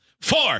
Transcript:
Four